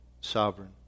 sovereign